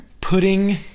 pudding